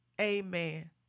Amen